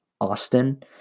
Austin